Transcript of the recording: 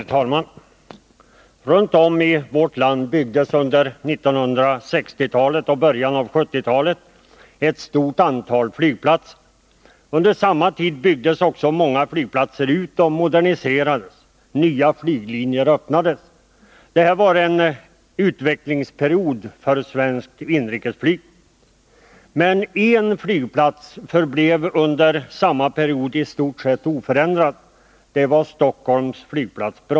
Herr talman! Runt om i vårt land byggdes under 1960-talet och i början av 1970-talet ett stort antal flygplatser. Under samma tid byggdes också många flygplatser ut och moderniserades. Nya flyglinjer öppnades. Det var alltså en utvecklingsperiod för svenskt inrikesflyg. Men en flygplats förblev under samma period i stort sett oförändrad. Det vara Stockholms flygplats Bromma.